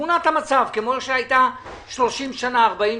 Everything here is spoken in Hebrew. תמונת המצב, כמו שהיה 40-30 שנים.